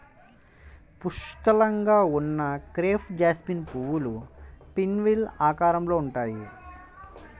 పుష్కలంగా ఉన్న crepe jasmine పువ్వులు పిన్వీల్ ఆకారంలో ఉంటాయి